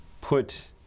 put